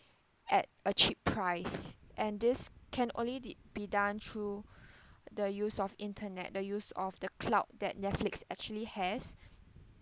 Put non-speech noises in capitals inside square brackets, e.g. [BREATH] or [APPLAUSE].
at a cheap price and this can only di~ be done through [BREATH] the use of internet the use of the cloud that Netflix actually has